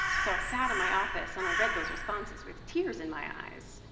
so i sat in my office, and i read those responses with tears in my eyes.